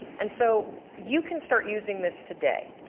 and so you can start using this today,